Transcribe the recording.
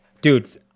dudes